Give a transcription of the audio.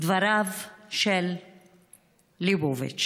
דבריו של ליבוביץ.